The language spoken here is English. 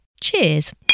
Cheers